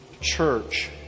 church